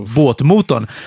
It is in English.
båtmotorn